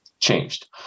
changed